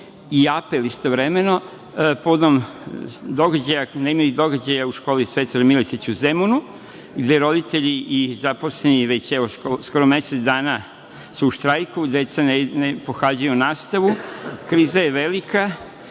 i apel istovremeno, a povodom događaja u školi „Svetozar Miletić“ u Zemunu, gde su roditelji i zaposleni skoro mesec dana u štrajku, deca ne pohađaju nastavu, kriza je velika